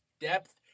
depth